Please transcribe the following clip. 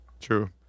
True